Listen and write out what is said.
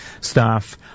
staff